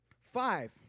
Five